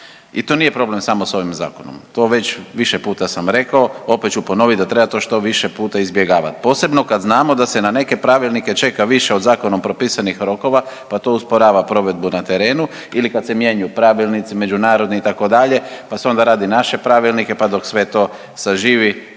i to nije problem samo s ovim zakonom to već više puta sam rekao, opet ću ponovit da treba to što više puta izbjegavat, posebno kad znamo da se neke pravilnike čeka više od zakonom propisnih rokova pa to usporava provedbu na terenu ili kad se mijenjaju pravilnici, međunarodni itd. pa se onda rade naše pravilnike pa dok sve to saživi,